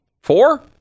Four